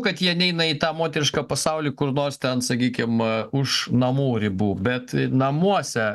kad jie neina į tą moterišką pasaulį kur nors ten sakykim už namų ribų bet namuose